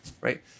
right